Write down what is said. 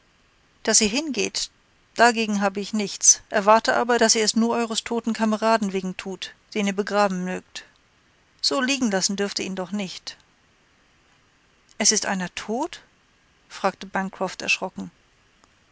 daß ihr hingeht dagegen habe ich nichts erwarte aber daß ihr es nur eures toten kameraden wegen tut den ihr begraben mögt so liegen lassen dürft ihr ihn doch nicht es ist einer tot fragte bancroft erschrocken